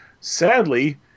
Sadly